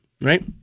right